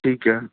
ਠੀਕ ਐ